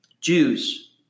Jews